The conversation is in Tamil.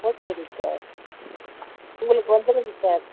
ஓகே ஆயிடும் சார் உங்களுக்கு வந்துவிடுங்க சார்